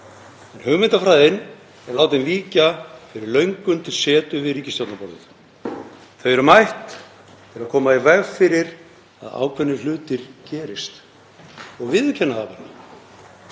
Hugmyndafræðin er látin víkja fyrir löngun til setu við ríkisstjórnarborðið. Þau eru mætt til að koma í veg fyrir að ákveðnir hlutir gerist og viðurkenna það bara.